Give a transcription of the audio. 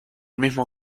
mismo